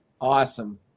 Awesome